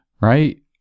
right